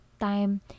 time